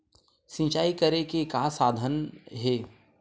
सिंचाई करे के का साधन हे?